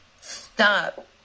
Stop